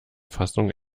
fassung